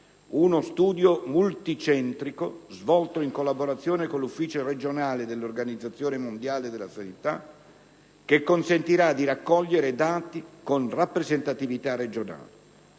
uno studio multicentrico svolto in collaborazione con l'ufficio regionale dell'Organizzazione mondiale della sanità, che consentirà di raccogliere dati con rappresentatività regionale.